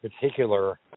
particular